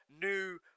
new